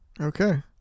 Okay